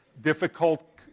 difficult